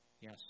Yes